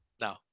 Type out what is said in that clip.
No